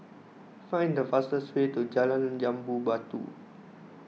find the fastest way to Jalan Jambu Batu